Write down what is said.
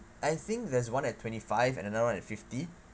I think there's one at twenty five and another one at fifty